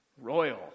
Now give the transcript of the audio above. royal